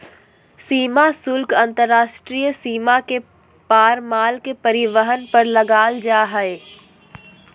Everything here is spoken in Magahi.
सीमा शुल्क अंतर्राष्ट्रीय सीमा के पार माल के परिवहन पर लगाल जा हइ